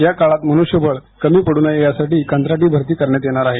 या काळात मनुष्यबळ कमी पड् नये यासाठी कंत्राटी भरती करण्यात येणार आहे